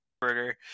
burger